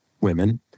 women